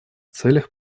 целях